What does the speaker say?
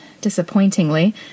disappointingly